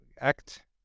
act